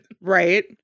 Right